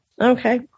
Okay